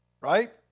right